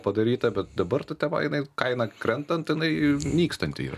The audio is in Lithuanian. padaryta bet dabar ta tema jinai kaina krentant jinai nykstanti yra